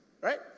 Right